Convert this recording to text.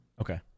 Okay